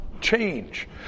change